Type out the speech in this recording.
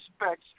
respects